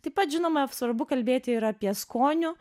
taip pat žinoma svarbu kalbėti ir apie skonių